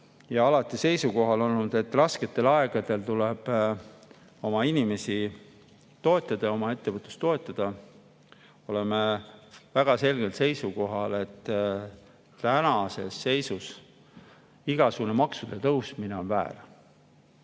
olnud seisukohal, et rasketel aegadel tuleb oma inimesi toetada, oma ettevõtlust toetada. Oleme väga selgel seisukohal, et tänases seisus igasugune maksude tõstmine on väär.